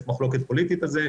יש מחלוקת פוליטית על זה,